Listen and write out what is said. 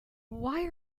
why